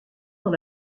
dans